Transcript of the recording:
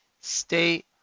state